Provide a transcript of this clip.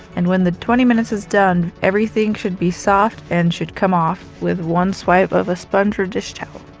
and when the twenty minutes is done, everything should be soft and should come off with one swipe of a sponge or dish towel